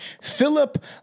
Philip